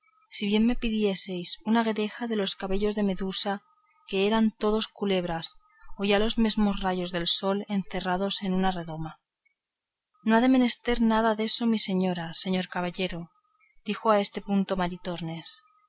si bien me pidiésedes una guedeja de los cabellos de medusa que eran todos culebras o ya los mesmos rayos del sol encerrados en una redoma no ha menester nada deso mi señora señor caballero dijo a este punto